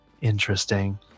interesting